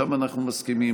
שם אנחנו מסכימים,